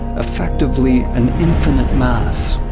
effectively an infinite mass.